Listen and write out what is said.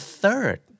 third